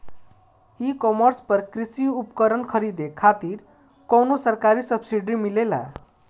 ई कॉमर्स पर कृषी उपकरण खरीदे खातिर कउनो सरकारी सब्सीडी मिलेला?